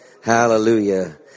Hallelujah